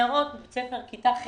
נערות בכיתה ח'